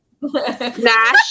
Nash